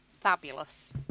fabulous